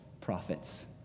prophets